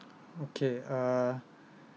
okay uh